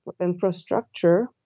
infrastructure